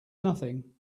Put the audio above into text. nothing